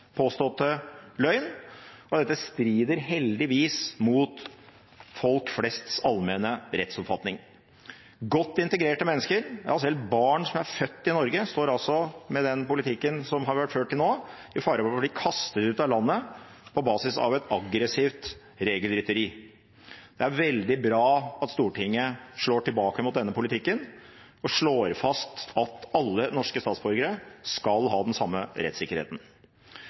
påståtte løgn, og dette strider heldigvis mot folk flests allmenne rettsoppfatning. Godt integrerte mennesker, ja selv barn som er født i Norge, står altså, med den politikken som har vært ført til nå, i fare for å bli kastet ut av landet på basis av et aggressivt regelrytteri. Det er veldig bra at Stortinget slår tilbake mot denne politikken og slår fast at alle norske statsborgere skal ha den samme rettssikkerheten.